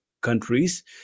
countries